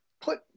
put